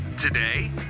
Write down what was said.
today